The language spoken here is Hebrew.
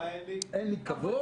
אין לי כבוד,